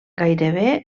gairebé